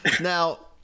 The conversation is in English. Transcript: Now